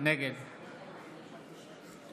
נגד